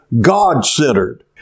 God-centered